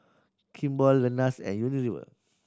Kimball Lenas and Unilever